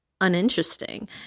uninteresting